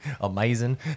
Amazing